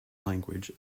language